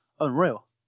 Unreal